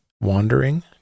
wandering